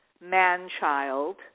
man-child –